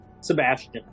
Sebastian